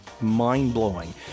mind-blowing